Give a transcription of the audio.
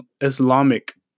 Islamic